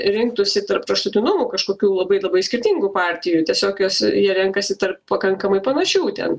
rinktųsi tarp kraštutinumų kažkokių labai labai skirtingų partijų tiesiog juos jie renkasi tarp pakankamai panašių ten